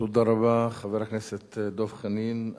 תודה רבה, חבר הכנסת דב חנין.